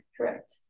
Correct